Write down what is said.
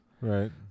right